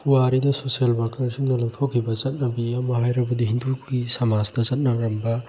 ꯄꯨꯋꯥꯔꯤꯗ ꯁꯣꯁꯤꯌꯦꯜ ꯋꯥꯀꯔꯁꯤꯡꯅ ꯂꯧꯊꯣꯛꯈꯤꯕ ꯆꯠꯅꯕꯤ ꯑꯃ ꯍꯥꯏꯔꯕꯗꯤ ꯍꯤꯟꯗꯨꯒꯤ ꯁꯃꯥꯖꯇ ꯆꯠꯅꯔꯝꯕ